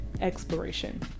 exploration